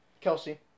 Kelsey